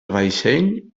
vaixell